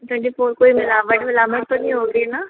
twenty four कोई मिलावट विलावट तो नहीं होगी ना